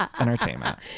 entertainment